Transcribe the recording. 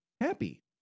happy